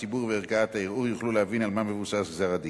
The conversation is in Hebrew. הציבור וערכאת הערעור יוכלו להבין על מה מבוסס גזר-הדין.